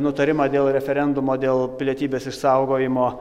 nutarimą dėl referendumo dėl pilietybės išsaugojimo